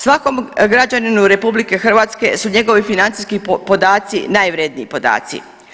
Svakom građaninu RH su njegovi financijski podaci najvrjedniji podaci.